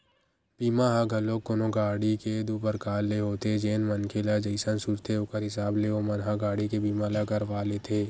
बीमा ह घलोक कोनो गाड़ी के दू परकार ले होथे जेन मनखे ल जइसन सूझथे ओखर हिसाब ले ओमन ह गाड़ी के बीमा ल करवा लेथे